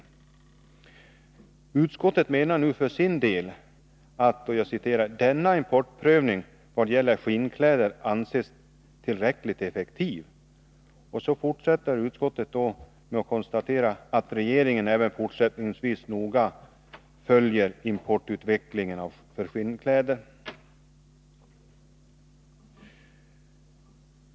Enligt utskottets mening ”får denna importövervakning vad gäller skinnkläder anses tillräckligt effektiv”. Och så förutsätter utskottet ”att regeringen även fortsättningsvis noga följer importutvecklingen för skinnkläder”.